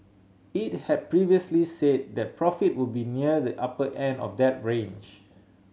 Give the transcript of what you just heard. it had previously say that profit would be near the upper end of that range